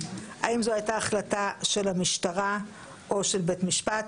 האם זו הייתה החלטה של המשטרה או של בית המשפט,